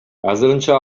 азырынча